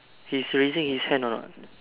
he's raising his hand or not